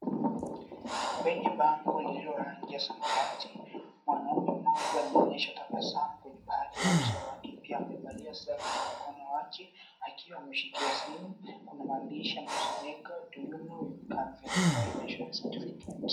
Kwenye bango lililo rangi ya samawati. Mwanaume mmoja anaonyesha tabasamu kwenye paja la uso wake pia amevalia saa kwenye mkono wake akiwa ameshikilia simu. Kuna mahandishi inayosomeka, Do You Know We Can Verify Your Insurance Certificate.